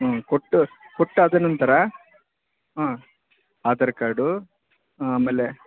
ಹ್ಞೂ ಕೊಟ್ಟು ಕೊಟ್ಟಾದ ನಂತರ ಹಾಂ ಆಧಾರ್ ಕಾರ್ಡು ಆಮೇಲೆ